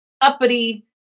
uppity